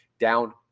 down